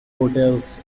hotels